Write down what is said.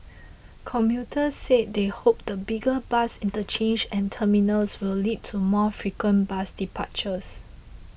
commuters said they hoped the bigger interchange and terminals will lead to more frequent bus departures